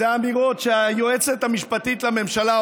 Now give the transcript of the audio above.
אלה אמירות שהיועצת המשפטית לממשלה,